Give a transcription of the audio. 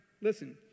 listen